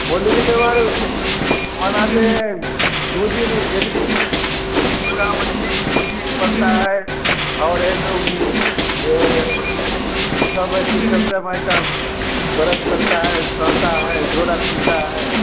होली के त्यौहार मनाते हैं दो दिन एक दिन मछली सब बनता है और एक उ यह सब शीतला माई का व्रत करता है सहता है डोरा खुलता है